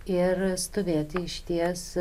ir stovėti išties